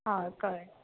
हय कळ्ळें